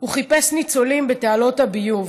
הוא חיפש ניצולים בתעלות הביוב,